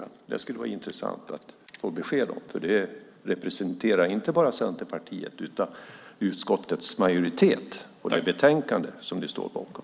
Det skulle vara intressant att få besked om, för det representerar inte bara Centerpartiet utan utskottets majoritet och det betänkande som ni står bakom.